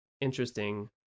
interesting